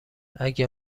اگه